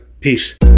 Peace